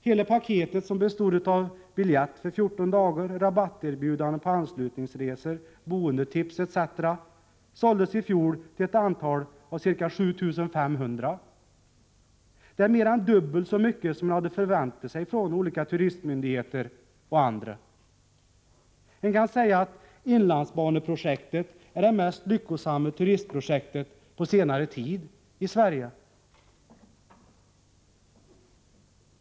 Hela paketet, bestående av biljett för 14 dagar, rabatterbjudanden på anslutningsresor, boendetips etc., såldes i fjol till ett antal av ca 7 500. Det är mer än dubbelt så mycket som man hade förväntat sig från olika turistmyndigheter och andra. Det kan sägas att inlandsbaneprojektet är det mest lyckosamma turistprojektet på senare tid i Sverige.